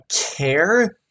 care